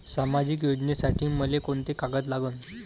सामाजिक योजनेसाठी मले कोंते कागद लागन?